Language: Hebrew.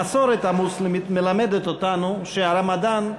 המסורת המוסלמית מלמדת אותנו שהרמדאן,